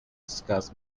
discuss